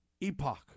Epoch